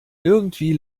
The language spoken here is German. irgendwie